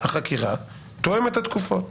תואם את התקופות.